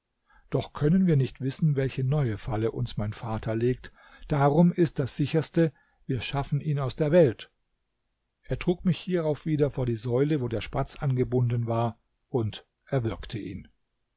doch können wir nicht wissen welche neue falle uns mein vater legt darum ist das sicherste wir schaffen ihn aus der welt er trug mich hierauf wieder vor die säule wo der spatz angebunden war und erwürgte ihn